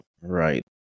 Right